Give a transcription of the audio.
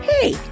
Hey